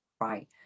Right